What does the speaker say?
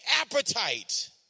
appetite